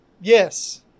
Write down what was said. yes